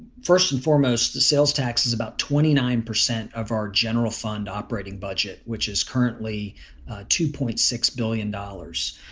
first and foremost, the sales tax is about twenty nine percent of our general fund operating budget, which is currently two point six billion dollars.